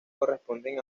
corresponden